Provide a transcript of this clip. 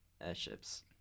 airships